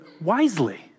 wisely